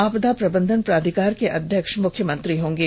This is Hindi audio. आपदा प्रबंधन प्राधिकार के अध्यक्ष मुख्यमंत्री होंगे